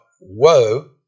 woe